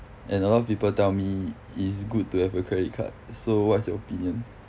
and a lot of people tell me it's good to have a credit card so what's your opinion